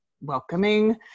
welcoming